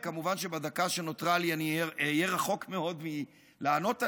וכמובן שבדקה שנותרה לי אני אהיה רחוק מאוד מלענות עליה,